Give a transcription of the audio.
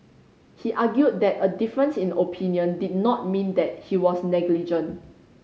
he argued that a difference in opinion did not mean that he was negligent